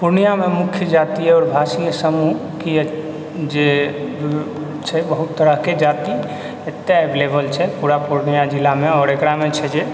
पूर्णियामे मुख्य जातीय आओर भाषीय समूहके जे छै बहुत तरहके जाति एतऽ एवलेवल छै पूरा पूर्णिया जिलामे आओर एकरामे छै जे